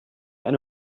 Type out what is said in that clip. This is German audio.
eine